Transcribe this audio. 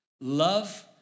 Love